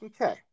Okay